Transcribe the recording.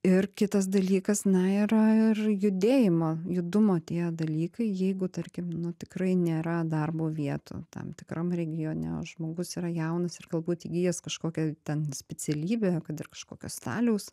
ir kitas dalykas na yra ir judėjimo judumo tie dalykai jeigu tarkim nu tikrai nėra darbo vietų tam tikram regione o žmogus yra jaunas ir galbūt įgijęs kažkokią ten specialybę kad ir kažkokią staliaus